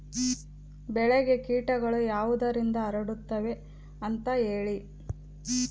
ಬೆಳೆಗೆ ಕೇಟಗಳು ಯಾವುದರಿಂದ ಹರಡುತ್ತದೆ ಅಂತಾ ಹೇಳಿ?